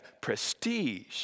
prestige